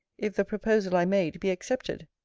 if the proposal i made be accepted.